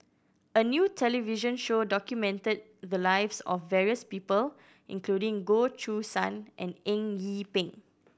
a new television show documented the lives of various people including Goh Choo San and Eng Yee Peng